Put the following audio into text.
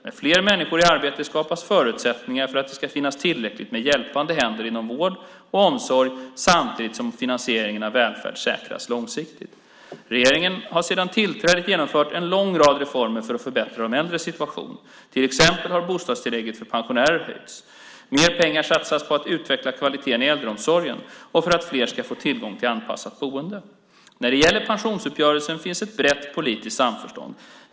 Med fler människor i arbete skapas förutsättningar för att det ska finnas tillräckligt med hjälpande händer inom vård och omsorg samtidigt som finansieringen av välfärden säkras långsiktigt. Regeringen har sedan tillträdet genomfört en lång rad reformer för att förbättra de äldres situation. Till exempel har bostadstillägget för pensionärer höjts. Mer pengar satsas på att utveckla kvaliteten i äldreomsorgen och för att fler ska få tillgång till ett anpassat boende. När det gäller pensionsuppgörelsen finns det ett brett politiskt samförstånd.